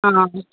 ହଁ ହଁ